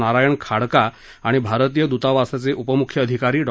नारायण खाडका आणि भारतीय दूतावासाचे उपम्ख्य अधिकारी डॉ